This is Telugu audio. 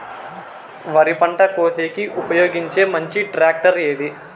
వరి పంట కోసేకి ఉపయోగించే మంచి టాక్టర్ ఏది?